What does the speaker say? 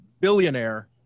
billionaire